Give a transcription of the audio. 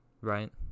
right